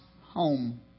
home